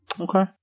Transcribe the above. Okay